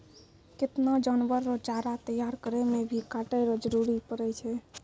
केतना जानवर रो चारा तैयार करै मे भी काटै रो जरुरी पड़ै छै